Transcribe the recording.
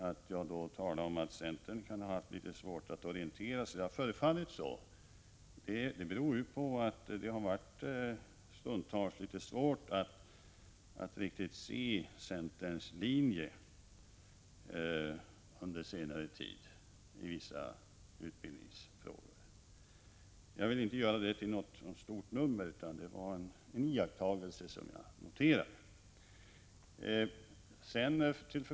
Att jag då talade om att centern kan ha haft svårt att orientera sig — det har förefallit så — beror på att det under senare tid ibland har varit svårt att riktigt se centerns linje i vissa utbildningsfrågor. Jag vill dock inte göra detta till något stort nummer. Det var en iakttagelse som jag noterade.